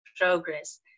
progress